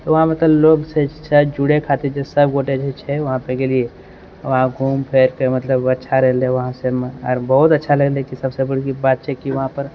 वहाँपर तऽ लोकसँ शायद जुड़ै खातिर सबगोटे जे छै वहाँपर गेलियै वहाँ घूम फिरके मतलब अच्छा रहलै वहाँसे आओर बहुत अच्छा लगलै की सबसँ बरकी बात छै की वहाँपर